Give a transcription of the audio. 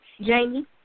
Jamie